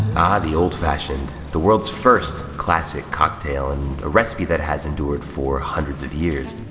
ah, the old fashioned, the world's first classic cocktail, and a recipe that has endured for hundreds of years.